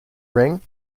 ring